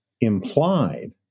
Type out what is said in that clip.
implied